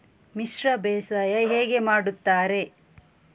ಮಿಶ್ರ ಬೇಸಾಯ ಹೇಗೆ ಮಾಡುತ್ತಾರೆ?